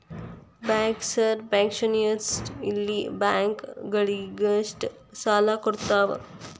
bankers bank ಕ್ಮ್ಯುನಿಟ್ ಇಲ್ಲ bank ಗಳಿಗಷ್ಟ ಸಾಲಾ ಕೊಡ್ತಾವ